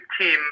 team